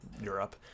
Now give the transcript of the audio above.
Europe